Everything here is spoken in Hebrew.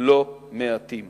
לא מעטים